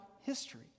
history